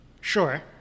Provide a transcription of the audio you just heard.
Sure